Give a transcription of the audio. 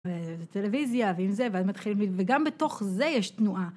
וזה טלוויזיה, ואם זה, ואז מתחילים, וגם בתוך זה יש תנועה.